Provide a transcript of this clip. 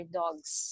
dogs